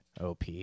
op